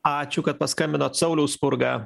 ačiū kad paskambinot sauliau spurga